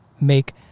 make